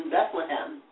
Bethlehem